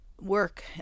work